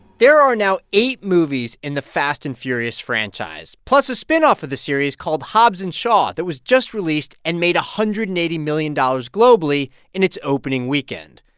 there are now eight movies in the fast and furious franchise, plus a spinoff of the series called hobbs and shaw that was just released and made one hundred and eighty million dollars globally in its opening weekend.